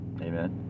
amen